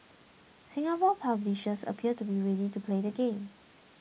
Singapore publishers appear to be ready to play the game